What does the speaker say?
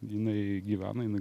jinai gyvena jinai